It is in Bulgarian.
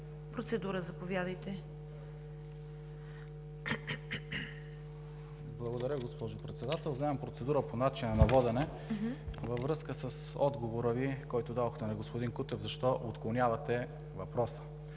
(БСП за България): Благодаря, госпожо Председател. Вземам процедура по начина на водене във връзка с отговора Ви, който дадохте на господин Кутев, защо отклонявате въпроса.